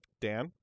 Dan